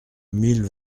mille